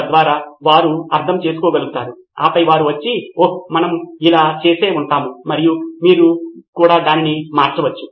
తద్వారా వారు అర్థం చేసుకోగలుగుతారు ఆపై వారు వచ్చి ఓహ్ మనము ఇలా చేసి ఉంటాము మరియు మీరు కూడా దానిని మార్చవచ్చు